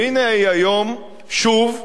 והנה היא היום שוב,